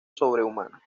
sobrehumana